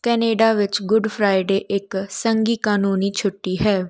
Canada ਵਿੱਚ Good Friday ਇੱਕ ਸੰਘੀ ਕਾਨੂੰਨੀ ਛੁੱਟੀ ਹੈ